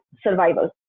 survival